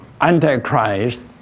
Antichrist